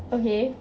okay